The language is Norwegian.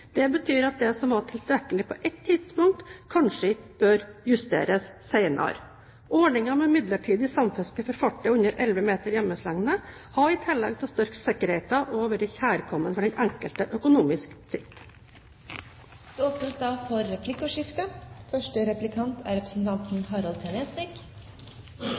Det betyr at det som var tilstrekkelig på ett tidspunkt, kanskje bør justeres senere. Ordningen med midlertidig samfiske for fartøy under 11 meter hjemmelslengde har, i tillegg til å styrke sikkerheten, også vært kjærkommen for enkelte økonomisk sett. Det åpnes for replikkordskifte.